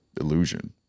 illusion